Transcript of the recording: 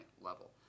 level